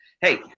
Hey